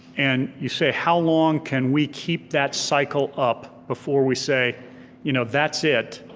and you say, how long can we keep that cycle up before we say you know that's it,